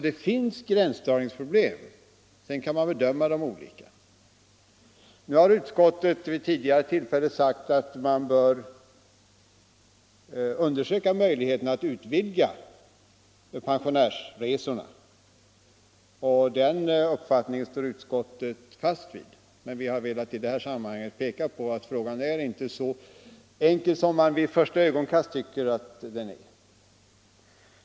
Det finns alltså gränsdragningsproblem — sedan kan man bedöma dem olika. Utskottet har vid tidigare tillfälle sagt att man bör undersöka möjligheterna att utvidga pensionärsresorna. Den uppfattningen står utskottet fast vid, men vi har i detta sammanhang velat peka på att frågan inte är så enkel som man vid första ögonkastet tycker att den är.